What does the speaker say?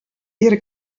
ihre